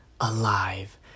Alive